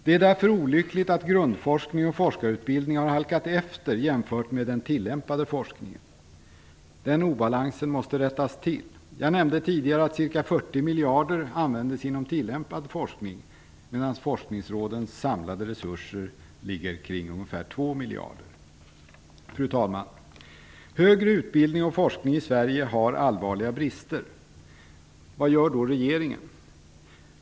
Det är därför olyckligt att grundforskningen och forskarutbildningen har halkat efter jämfört med den tillämpade forskningen. Obalansen måste rättas till. Jag nämnde tidigare att ca 40 miljarder användes inom tillämpad forskning medan forskningsrådens samlade resurser ligger kring 2 miljarder. Fru talman! Högre utbildning och forskning i Sverige har allvarliga brister. Vad gör då regeringen?